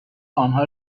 آنها